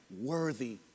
worthy